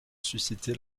suscité